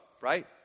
right